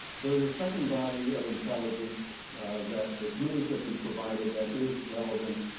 there is a second body of intelligence that the committees have been provided that is relevant